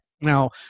Now